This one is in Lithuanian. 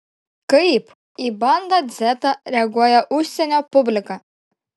kaip į bandą dzetą reaguoja užsienio publika